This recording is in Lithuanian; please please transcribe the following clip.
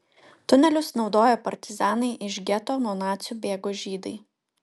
tunelius naudojo partizanai iš geto nuo nacių bėgo žydai